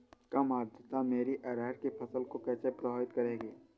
कम आर्द्रता मेरी अरहर की फसल को कैसे प्रभावित करेगी?